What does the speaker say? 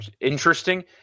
Interesting